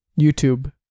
YouTube